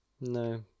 No